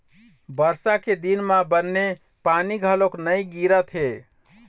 बरसा के दिन म बने पानी घलोक नइ गिरत हे